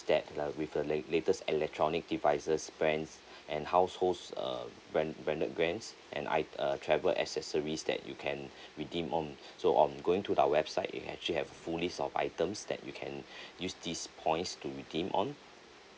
that uh with the late latest electronic devices brands and households err brand branded brands and I uh travel accessories that you can redeem on so on going through our website it actually have a fully list of items that you can use these points to redeem on